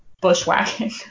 bushwhacking